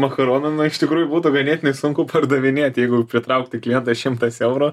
makaronų nu iš tikrųjų būtų ganėtinai sunku pardavinėt jeigu pritraukti klientą šimtas eurų